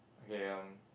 okay um